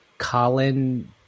Colin